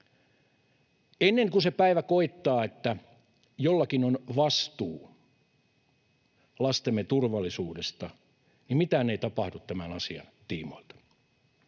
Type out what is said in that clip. Ennen kuin se päivä koittaa, että jollakin on vastuu lastemme turvallisuudesta, mitään ei tapahdu tämän asian tiimoilta.